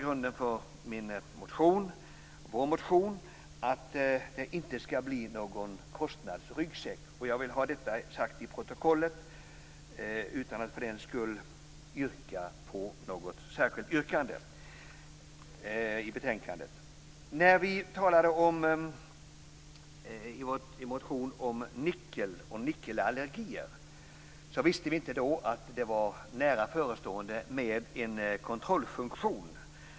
Grunden för vår motion var att det inte ska bli någon kostnadsryggsäck, och jag vill ha detta noterat till protokollet utan att för den skull framställa något särskilt yrkande. När vi i vår motion talade om nickelallergier visste vi inte att det var nära förestående med en kontrollfunktion.